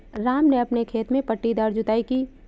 राम ने अपने खेत में पट्टीदार जुताई की